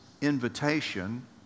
invitation